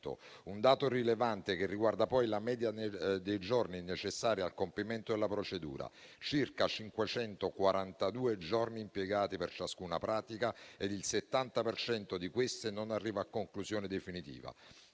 un dato rilevante riguarda poi la media dei giorni necessari al compimento della procedura: sono circa 542 i giorni impiegati per ciascuna pratica, ed il 70 per cento di queste non arriva a conclusione definitiva.